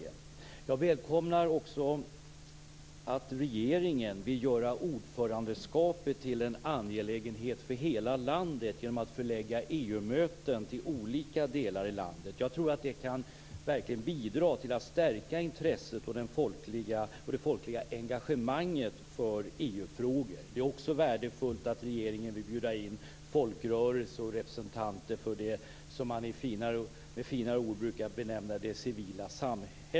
Jag välkomnar också att regeringen vill göra ordförandeskapet till en angelägenhet för hela landet genom att förlägga EU-möten till olika delar av landet. Jag tror att det verkligen kan bidra till att stärka intresset och det folkliga engagemanget för EU frågor. Det är också värdefullt att regeringen vill bjuda in folkrörelser och representanter för det som man med fina ord brukar benämna det civila samhället.